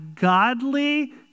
godly